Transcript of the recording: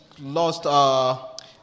lost